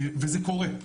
וזה קורה.